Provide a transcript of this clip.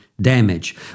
damage